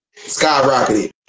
skyrocketed